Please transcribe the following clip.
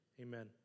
Amen